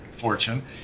fortune